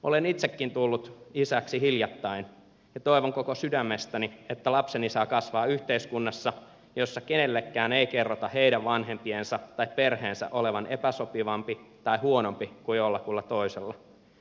olen itsekin tullut isäksi hiljattain ja toivon koko sydämestäni että lapseni saa kasvaa yhteiskunnassa jossa kenellekään ei kerrota tämän vanhempien tai perheen olevan epäsopivampi tai huonompi kuin jollakulla toisella